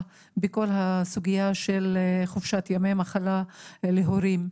בכל הסוגיה של חופשת ימי מחלה להורים.